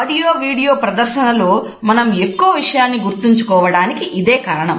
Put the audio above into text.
audio video ప్రదర్శనలో మనం ఎక్కువ విషయాన్ని గుర్తుంచుకోవడానికి ఇదే కారణం